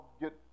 get